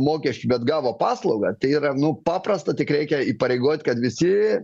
mokesčių bet gavo paslaugą tai yra nu paprasta tik reikia įpareigot kad visi